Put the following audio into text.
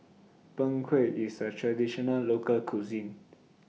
Png Kueh IS A Traditional Local Cuisine